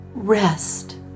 Rest